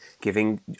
giving